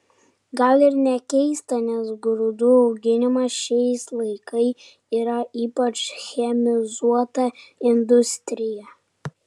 gal ir nekeista nes grūdų auginimas šiais laikai yra ypač chemizuota industrija